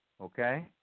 okay